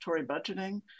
budgeting